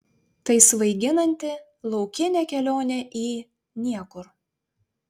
tai svaiginanti laukinė kelionė į niekur